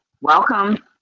Welcome